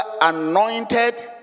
anointed